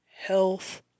Health